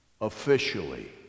officially